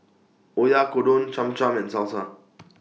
Oyakodon Cham Cham and Salsa